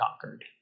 conquered